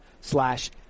slash